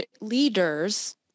leaders